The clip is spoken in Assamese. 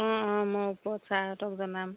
অঁ অঁ মই ওপৰত ছাৰহঁতক জনাম